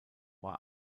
war